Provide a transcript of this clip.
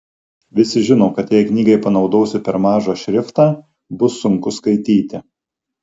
visi žino kad jei knygai panaudosi per mažą šriftą bus sunku skaityti